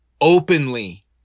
openly